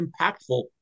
impactful